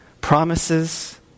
Promises